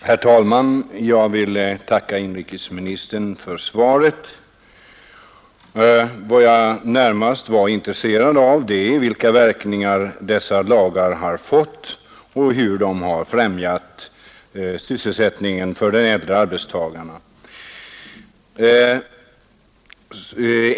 Herr talman! Jag vill tacka inrikesministern för svaret. Vad jag närmast är intresserad av är vilka verkningar dessa lagar fätt och hur de främjat sysselsättningen för de äldre arbetstagarna.